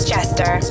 Jester